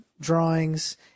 drawings